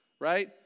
Right